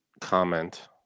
comment